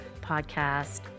podcast